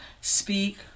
Speak